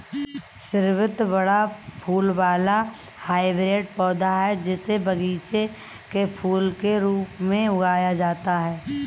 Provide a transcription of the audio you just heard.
स्रीवत बड़ा फूल वाला हाइब्रिड पौधा, जिसे बगीचे के फूल के रूप में उगाया जाता है